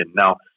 Now